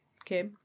Okay